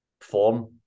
form